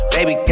Baby